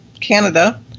Canada